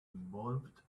involved